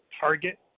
target